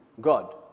God